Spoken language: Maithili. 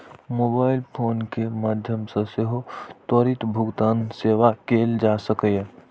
मोबाइल फोन के माध्यम सं सेहो त्वरित भुगतान सेवा कैल जा सकैए